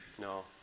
No